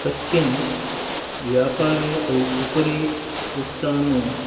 कश्चन व्यापारे उपरि उक्तानि